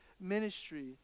ministry